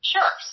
Sure